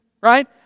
right